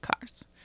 cars